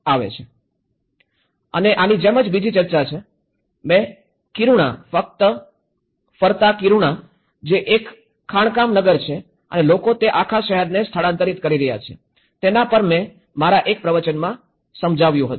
અને આની જેમ બીજી ચર્ચા છે મેં કિરુણા ફરતા કિરુણા જે એક ખાણકામ નગર છે અને લોકો તે આખા શહેરને સ્થળાંતરિત કરી રહ્યા છે તેના પર મેં મારા એક પ્રવચનમાં સમજાવ્યું હતું